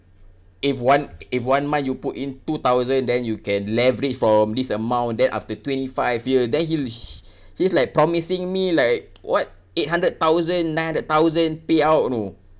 if one if one month you put in two thousand then you can leverage from this amount then after twenty five years then he he he's like promising me like what eight hundred thousand nine hundred thousand payout know